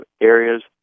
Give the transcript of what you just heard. area's